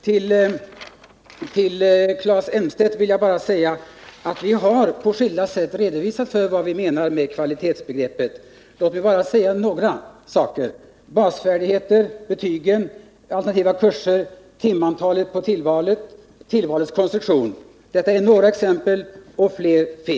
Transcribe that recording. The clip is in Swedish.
Till Claes Elmstedt vill jag säga att vi på skilda sätt har redovisat vad vi menar med kvalitetsbegreppet. Låt mig bara nämna några saker: basfärdigheter, betyg, alternativa kurser, timantalet på tillvalet, tillvalets konstruktion. Detta är några exempel.